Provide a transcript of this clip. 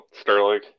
Sterling